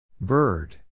Bird